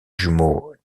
jumeaux